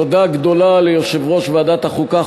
תודה גדולה ליושב-ראש ועדת החוקה,